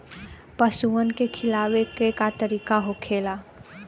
पशुओं के खिलावे के का तरीका होखेला?